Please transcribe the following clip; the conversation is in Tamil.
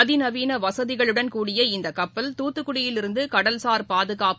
அதிநவீனவசதிகளுடன் கூடிய இந்தகப்பல் தூத்துக்குடியில் இருந்துடடல்சார் பாதுகாப்பு